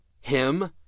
Him